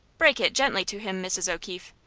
break it gently to him, mrs. o'keefe.